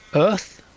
earth,